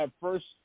first